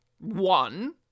one